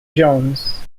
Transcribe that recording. jones